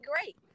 great